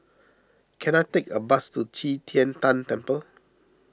can I take a bus to Qi Tian Tan Temple